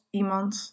iemand